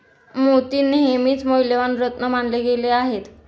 मोती नेहमीच मौल्यवान रत्न मानले गेले आहेत